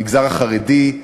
במגזר החרדי,